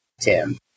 Tim